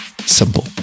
simple